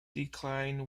decline